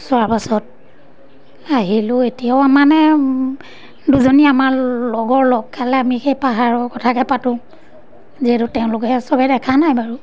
চোৱাৰ পাছত আহিলোঁ এতিয়াও মানে দুজনী আমাৰ লগৰ লগ খালে আমি সেই পাহাৰৰ কথাকে পাতোঁ যিহেতু তেওঁলোকেহে চবে দেখা নাই বাৰু